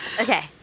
Okay